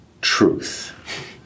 truth